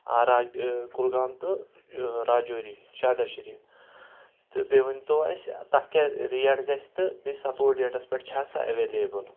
آ راج کُلگام ٹو راجوری شاردا شریٖف تہٕ بیٚیہِ ؤنۍتو اَسہِ تَتھ کیٚاہ ریٹ گژھِ تہٕ بیٚیہِ ستوٚوُہ ڈیٹَس پؠٹھ چھا سۄ اؠوَلیبٕل